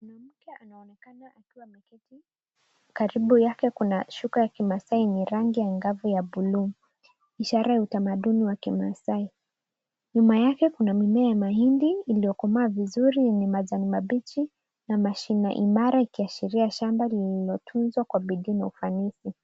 Mwanamke anaonekana akiwa ameketi. Karibu naye kuna shuka ya kimaasai yenye rangi angavu ya buluu ishara ya utamaduni wa kimaasai. Nyuma yake kuna mimea ya mahindi iliyokomaa vizuri yenye majani mabichi na mashina imara ikiashiria shamba lililotunzwa kwa bidii na ufanisi.